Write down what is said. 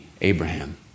Abraham